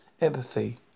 empathy